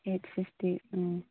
eight fifty uh